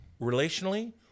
relationally